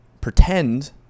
pretend